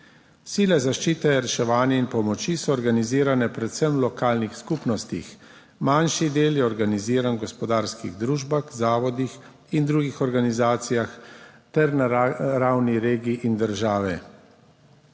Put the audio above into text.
Sile zaščite, reševanja in pomoči so organizirane predvsem v lokalnih skupnostih, manjši del je organiziran v gospodarskih družbah, zavodih in drugih organizacijah ter na ravni regij in države.